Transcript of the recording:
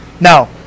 Now